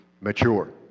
mature